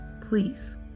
please